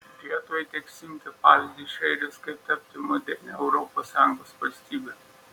lietuvai teks imti pavyzdį iš airijos kaip tapti modernia europos sąjungos valstybe